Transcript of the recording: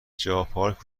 جاپارک